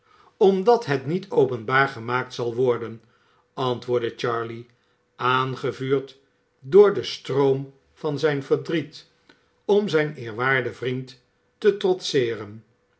omdat het niet openbaar gemaakt zal worden antwoordde charley aangevuurd door den stroom van zijn verdriet om zijn eerwaarden vriend te trotseeren